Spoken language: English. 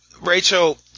Rachel